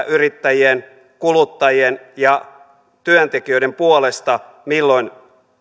yrittäjien kuluttajien ja työntekijöiden puolesta milloin